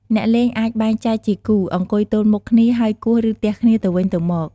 អ្នកលេងអាចបែងចែកជាគូ អង្គុយទល់មុខគ្នាហើយគោះ ឬទះគ្នាទៅវិញទៅមក។